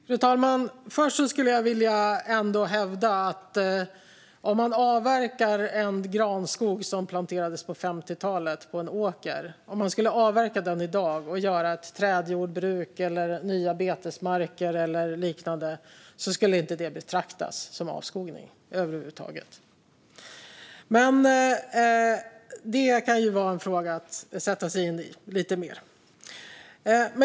Fru talman! Först vill jag ändå hävda att om man i dag avverkar en granskog som planterades på en åker på 50-talet för att göra ett trädjordbruk, nya betesmarker eller liknande skulle det inte betraktas som avskogning över huvud taget. Men det kan ju vara en fråga att sätta sig in i lite mer.